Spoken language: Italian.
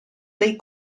dei